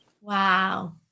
Wow